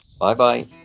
Bye-bye